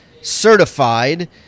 certified